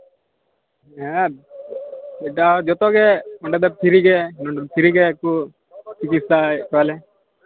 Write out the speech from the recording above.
ᱦᱮᱸ ᱢᱤᱫᱷᱟᱣ ᱡᱚᱛᱚᱜᱮ ᱚᱸᱰᱮᱫᱚ ᱯᱷᱤᱨᱤᱜᱮ ᱱᱚᱸᱰᱮ ᱯᱷᱤᱨᱤ ᱜᱮᱠᱚ ᱪᱤᱠᱤᱛᱥᱟᱭᱮᱫ ᱠᱚᱣᱟᱞᱮ